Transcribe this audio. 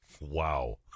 Wow